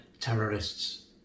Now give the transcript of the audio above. terrorists